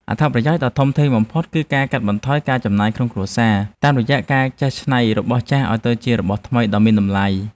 អត្ថប្រយោជន៍ដ៏ធំធេងបំផុតគឺការកាត់បន្ថយចំណាយក្នុងគ្រួសារ តាមរយៈការចេះច្នៃរបស់ចាស់ឱ្យទៅជារបស់ថ្មីដ៏មានតម្លៃ។